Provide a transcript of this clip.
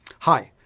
hi!